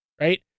right